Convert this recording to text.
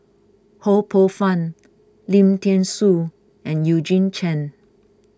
Ho Poh Fun Lim thean Soo and Eugene Chen